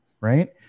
right